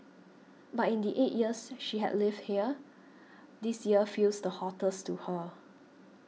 but in the eight years she had lived here this year feels the hottest to her